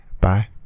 Bye